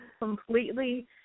completely